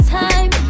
time